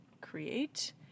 create